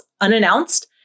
unannounced